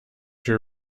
you